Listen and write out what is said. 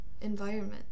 environment